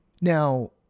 Now